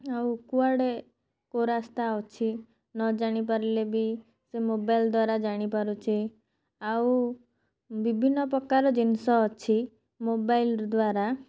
ଆଉ କୁଆଡ଼େ କେଉଁ ରାସ୍ତା ଅଛି ନଜାଣିପାରିଲେ ବି ସେ ମୋବାଇଲ୍ ଦ୍ଵାରା ଜାଣିପାରୁଛେ ଆଉ ବିଭିନ୍ନ ପ୍ରକାର ଜିନିଷ ଅଛି ମୋବାଇଲ୍ ଦ୍ଵାରା